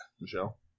Michelle